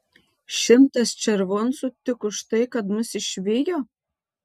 šimtas červoncų tik už tai kad mus išvijo